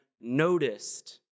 noticed